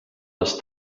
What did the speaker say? les